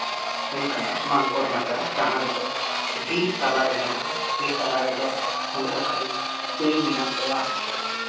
ᱦᱩᱭᱩᱜ ᱠᱟᱱᱟ ᱢᱟᱱᱠᱚᱲ ᱢᱟᱪᱟᱱ ᱡᱟᱦᱟᱸ ᱨᱮᱫᱚ ᱵᱤᱨ ᱛᱟᱞᱟᱨᱮ ᱢᱮᱱᱟᱜᱼᱟ ᱵᱤᱨ ᱛᱟᱞᱟ ᱨᱮᱫᱚ ᱚᱰᱮ ᱫᱚ ᱠᱷᱟᱹᱞᱤ ᱛᱩᱭᱩ ᱢᱮᱱᱟᱜ ᱠᱚᱣᱟ